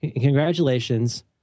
congratulations